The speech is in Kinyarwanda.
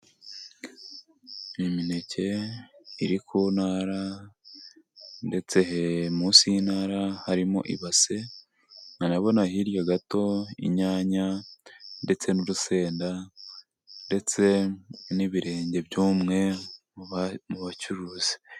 Imineke iri ku ntara, ndetse munsi y'intara harimo ibase, urabona hirya gato inyanya, ndetse n'urusenda, ndetse n'ibirenge by'umwe mu bacuruzi.